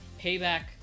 payback